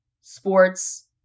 sports